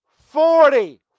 forty